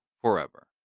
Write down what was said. forever